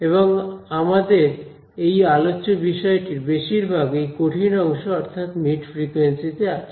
এবং আমাদের এই আলোচ্য বিষয়টি বেশিরভাগ এই কঠিন অংশ অর্থাৎ মিড ফ্রিকুয়েন্সি তে আছে